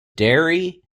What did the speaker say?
dairy